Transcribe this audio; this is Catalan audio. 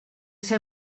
ser